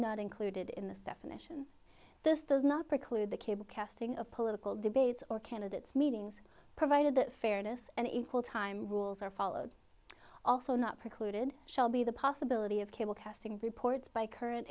not included in this definition this does not preclude the cable casting of political debates or candidates meetings provided the fairness and equal time rules are followed also not precluded shall be the possibility of cable casting reports by current